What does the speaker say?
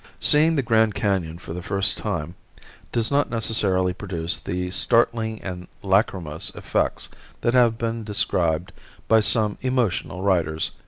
seeing the grand canon for the first time does not necessarily produce the startling and lachrymose effects that have been described by some emotional writers,